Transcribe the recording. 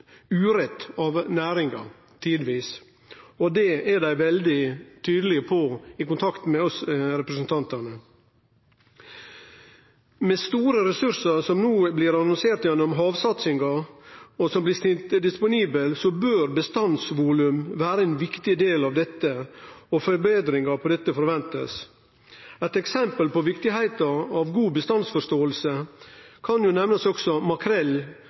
urett. Det er dei veldig tydelege på i kontakten med oss representantar. Med store ressursar som no blir annonserte gjennom havsatsinga, og som blir stilt disponible, bør bestandsvolum vere ein viktig del, og forbetringar på dette området er noko vi forventar. Når det gjeld eksempel på kor viktig god bestandsforståing er, kan